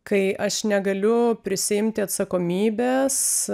kai aš negaliu prisiimti atsakomybės